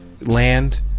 Land